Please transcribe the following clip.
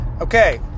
okay